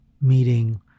meeting